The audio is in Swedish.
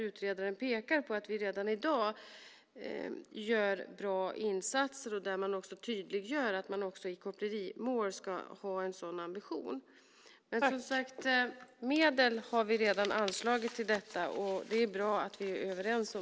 Utredaren pekar på att vi redan i dag gör bra insatser och tydliggör att man även i kopplerimål ska ha en sådan ambition. Som sagt, medel har vi redan anslagit till detta. Det är bra att vi är överens om dem.